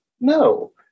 no